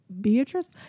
Beatrice